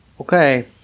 Okay